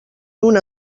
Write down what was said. una